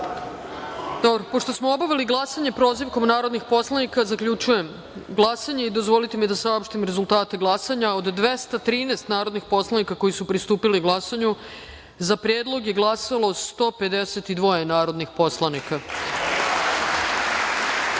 Pošto smo obavili glasanje prozivkom narodnih poslanika, zaključujem glasanje. Dozvolite mi da saopštim rezultate glasanja: od 213 narodnih poslanika koji su pristupili glasanju, za predlog je glasalo 152 narodnih poslanika,